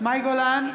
מאי גולן,